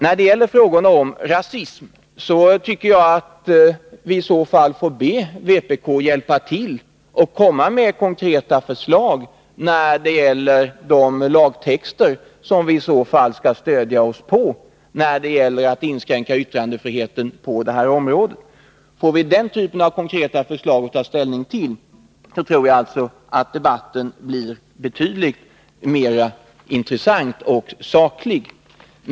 När det gäller frågan om rasism i närradion tycker jag att vi får be vpk att hjälpa till och komma med konkreta förslag till lagtexter som vi i så fall kan stödja oss på för att inskränka yttrandefriheten på det här området. Får vi den typen av konkreta förslag att ta ställning till, tror jag att debatten blir betydligt mera intressant och saklig.